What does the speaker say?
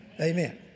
Amen